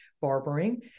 barbering